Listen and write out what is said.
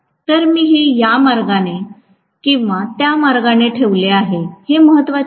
तर मी हे या मार्गाने किंवा त्या मार्गाने ठेवले आहे हे महत्त्वाचे नाही